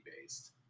based